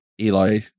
Eli